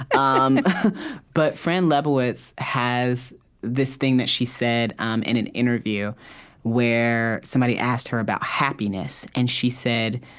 um but fran lebowitz has this thing that she said um in an interview where somebody asked her about happiness, and she said,